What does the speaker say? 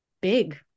big